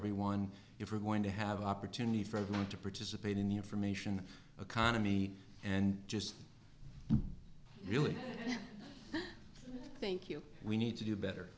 everyone if we're going to have opportunity for everyone to participate in the information economy and just really think you we need to do better